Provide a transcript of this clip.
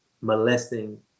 molesting